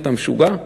אתה משוגע?